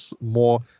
more